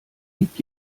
liegt